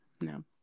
No